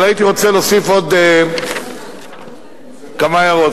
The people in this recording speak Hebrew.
הייתי רוצה להוסיף עוד כמה הערות.